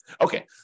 Okay